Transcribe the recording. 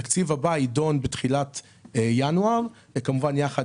התקציב הבא יידון בתחילת ינואר וכמובן יחד